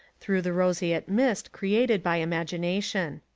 through the roseate mist created by imagination.